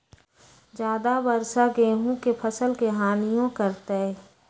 ज्यादा वर्षा गेंहू के फसल के हानियों करतै?